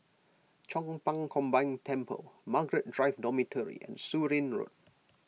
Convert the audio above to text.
Chong Pang Combined Temple Margaret Drive Dormitory and Surin Road